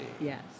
Yes